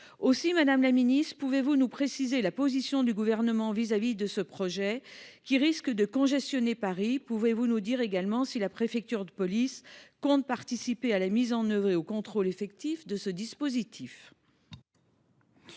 Aussi, madame la ministre, pouvez vous nous préciser la position du Gouvernement vis à vis de ce projet qui risque de congestionner Paris ? Pouvez vous également nous préciser si la préfecture de police compte participer à la mise en œuvre et au contrôle effectif de ce dispositif ?